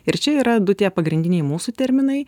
ir čia yra du tie pagrindiniai mūsų terminai